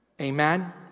Amen